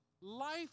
life